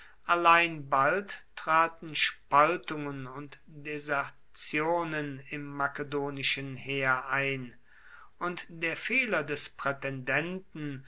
allein bald traten spaltungen und desertionen im makedonischen heer ein und der fehler des